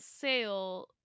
sale